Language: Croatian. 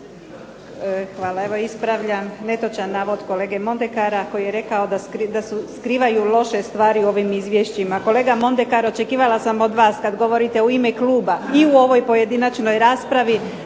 Hvala. Evo ispravljam netočan navod kolege Mondekara koji je rekao da se skrivaju loši stvari u ovim izvješćima. Kolega Mondekar očekivala sam od vas kad govorite u ime kluba i u ovoj pojedinačnoj raspravi